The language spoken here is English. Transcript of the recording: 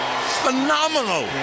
phenomenal